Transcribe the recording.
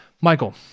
Michael